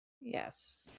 Yes